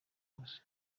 hose